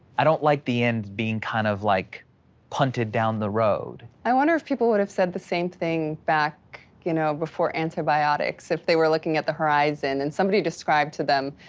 i don't like the end being kind of like punted down the road. i wonder if people would have said the same thing back, you know before antibiotics, if they were looking at the horizon, and somebody described to them,